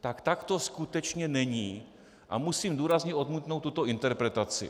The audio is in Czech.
Tak tak to skutečně není a musím důrazně odmítnout tuto interpretaci.